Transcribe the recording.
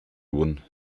one